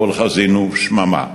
אבל חזינו שממה.